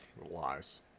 Lies